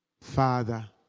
Father